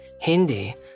Hindi